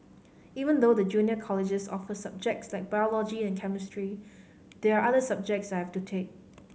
even though the junior colleges offer subjects like biology and chemistry there are other subjects I have to take